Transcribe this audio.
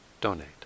donate